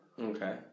Okay